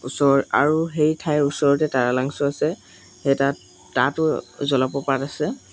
ওচৰ আৰু সেই ঠাইৰ ওচৰতে তাৰালাংচো আছে সেই তাত তাতো জলপ্ৰপাত আছে